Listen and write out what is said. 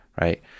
right